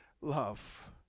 love